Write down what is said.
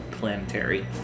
Planetary